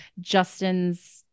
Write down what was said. Justin's